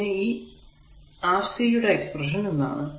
പിന്നെ ഈ Rc യുടെ എക്സ്പ്രെഷൻ എന്താണ്